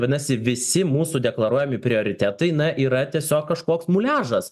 vadinasi visi mūsų deklaruojami prioritetai na yra tiesiog kažkoks muliažas